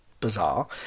bizarre